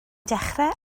dechrau